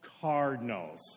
Cardinals